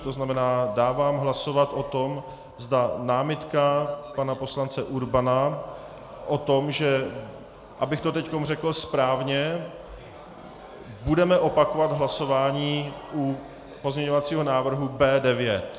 To znamená, dávám hlasovat o tom, zda námitka pana poslance Urbana o tom, abych to teď řekl správně, že budeme opakovat hlasování u pozměňovacího návrhu B9.